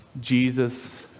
Jesus